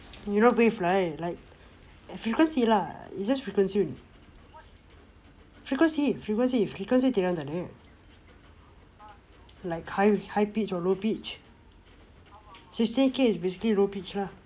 you know wave right like frequency lah it's just frequency only frequency frequency frequency தெரியும் தானே:theriyum thane like high high pitch or low pitch sixteen K is basically low pitch lah